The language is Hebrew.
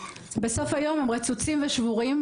בסוף היום הם רצוצים ושבורים,